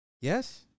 Yes